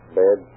bed